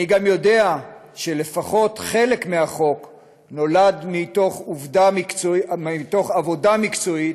אני גם יודע שלפחות חלק מהחוק נולד מתוך עבודה מקצועית,